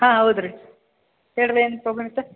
ಹಾಂ ಹೌದು ರೀ ಹೇಳು ರೀ ಏನು ಪ್ರಾಬ್ಲಮ್ ಇತ್ತು